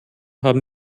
haben